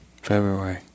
February